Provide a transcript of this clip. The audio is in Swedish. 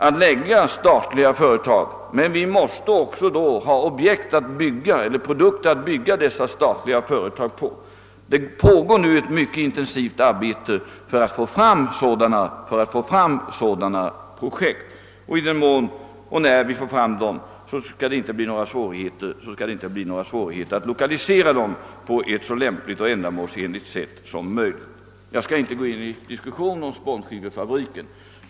Vi måste emellertid också ha produkter som vi kan bygga upp dessa statliga företag på. Det pågår nu ett mycket intensivt arbete för att få fram sådana projekt. I den mån och när vi får fram dessa kommer vi inte att ha några svårigheter att lokalisera dem på ett ändamålsenligt och lämpligt sätt. Jag skall inte gå in på någon diskussion om spånskivefabriken.